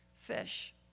fish